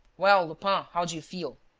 well, lupin, how do you feel?